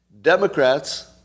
Democrats